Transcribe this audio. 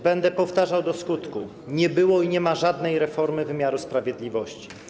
Będę powtarzał do skutku: nie było i nie ma żadnej reformy wymiaru sprawiedliwości.